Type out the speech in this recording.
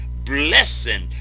blessing